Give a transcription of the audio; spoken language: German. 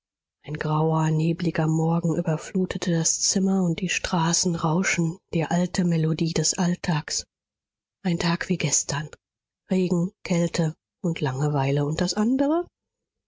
ein grauer nebliger morgen überflutet das zimmer und die straßen rauschen die alte melodie des alltags ein tag wie gestern regen kälte und langeweile und das andre